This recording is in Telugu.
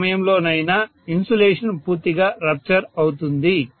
ఏ సమయంలోనైనా ఇన్సులేషన్ పూర్తిగా రప్చర్ అవుతుంది